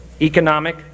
economic